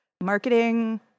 marketing